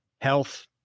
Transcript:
Health